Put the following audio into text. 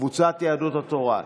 קבוצת סיעת יהדות התורה,